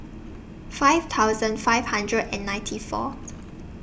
five thousand five hundred and ninety Fourth